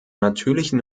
natürlichen